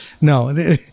no